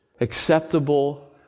acceptable